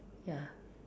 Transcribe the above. ya